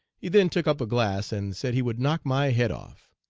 he then took up a glass and said he would knock my head off.